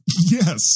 Yes